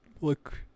look